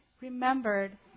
remembered